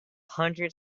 hundred